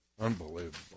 Unbelievable